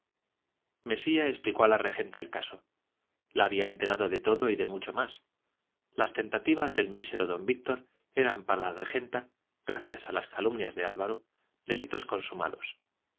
mesía explicó a la regenta el caso la había enterado de todo y de mucho más las tentativas del mísero don víctor eran para la regenta gracias a las calumnias de álvaro delitos consumados